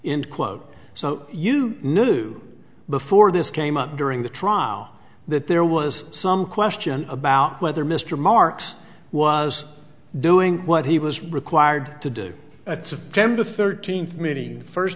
in quote so you knew before this came up during the trial that there was some question about whether mr marks was doing what he was required to do at september thirteenth